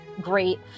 great